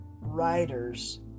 writers